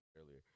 earlier